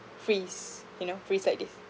freeze you know freeze like this